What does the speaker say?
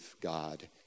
God